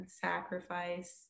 sacrifice